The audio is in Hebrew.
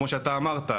כמו שאתה אמרת,